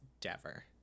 Dever